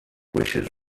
wishes